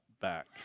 back